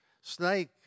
snake